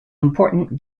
important